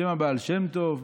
בשם הבעל שם טוב,